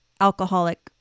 alcoholic